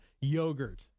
yogurt